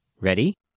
Ready